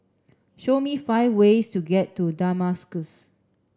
show me five ways to get to Damascus